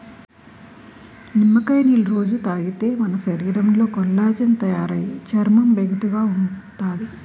నిమ్మకాయ నీళ్ళు రొజూ తాగితే మన శరీరంలో కొల్లాజెన్ తయారయి చర్మం బిగుతుగా ఉంతాది